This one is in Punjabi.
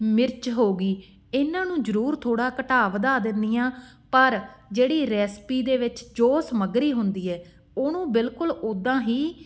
ਮਿਰਚ ਹੋ ਗਈ ਇਹਨਾਂ ਨੂੰ ਜਰੂਰ ਥੋੜ੍ਹਾ ਘਟਾ ਵਧਾ ਦਿੰਦੀ ਹਾਂ ਪਰ ਜਿਹੜੀ ਰੈਸਪੀ ਦੇ ਵਿੱਚ ਜੋ ਸਮੱਗਰੀ ਹੁੰਦੀ ਹੈ ਉਹਨੂੰ ਬਿਲਕੁਲ ਉੱਦਾਂ ਹੀ